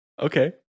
Okay